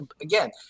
again